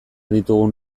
ditugun